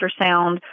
ultrasound